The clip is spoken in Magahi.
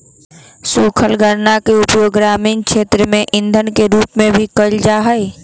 सूखल गन्ना के उपयोग ग्रामीण क्षेत्र में इंधन के रूप में भी कइल जाहई